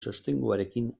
sostenguarekin